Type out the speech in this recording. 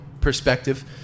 perspective